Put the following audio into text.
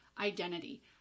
identity